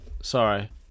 Sorry